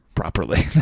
Properly